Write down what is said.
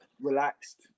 relaxed